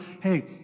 hey